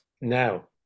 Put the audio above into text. Now